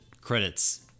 credits